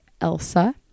ELSA